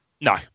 No